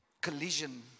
collision